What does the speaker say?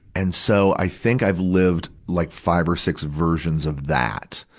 and so, i think i've lived like five or six versions of that.